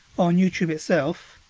on youtube itself.